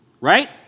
right